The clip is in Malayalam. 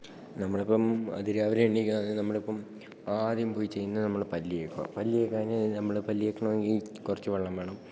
നമ്മളിപ്പോള് അതിരാവിലെ എഴുന്നേല്ക്കുക അതായത് നമ്മളിപ്പോള് ആദ്യം പോയി ചെയ്യുന്നത് നമ്മള് പല്ലു തേക്കുക പല്ലു തേക്കാന് നമ്മള് പല്ലു തേക്കണമെങ്കില് കുറച്ചു വെള്ളം വേണം